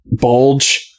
bulge